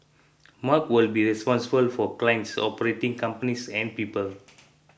mark will be responsible for clients operating companies and people